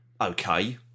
okay